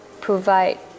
provide